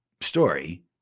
story